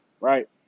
Right